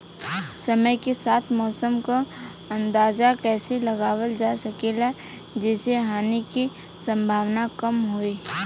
समय के साथ मौसम क अंदाजा कइसे लगावल जा सकेला जेसे हानि के सम्भावना कम हो?